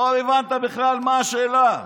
לא הבנת בכלל מה השאלה.